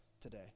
today